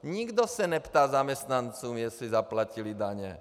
Nikdo se neptal zaměstnanců, jestli zaplatili daně.